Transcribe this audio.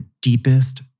deepest